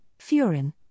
furin